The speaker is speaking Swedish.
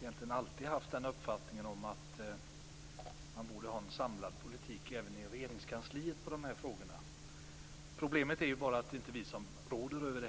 egentligen alltid haft den uppfattningen att man borde ha en samlad politik även i Regeringskansliet i de här frågorna. Problemet är bara det att det inte är vi som råder över det.